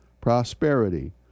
prosperity